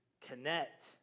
connect